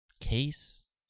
case